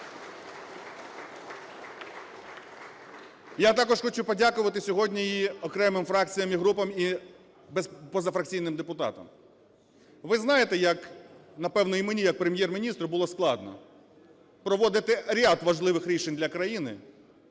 Я також хочу подякувати сьогодні і окремим фракціям, і групам, і позафракційним депутатам. Ви знаєте, як, напевно, і мені, як Прем'єр-міністру, було складно проводити ряд важливих рішень для країни,